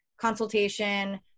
consultation